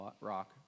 rock